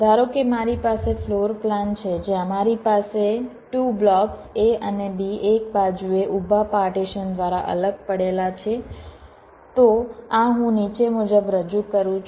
ધારો કે મારી પાસે ફ્લોરપ્લાન છે જ્યાં મારી પાસે 2 બ્લોક્સ A અને B એક બાજુએ ઉભા પાર્ટીશન દ્વારા અલગ પડેલા છે તો આ હું નીચે મુજબ રજૂ કરું છું